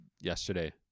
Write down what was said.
yesterday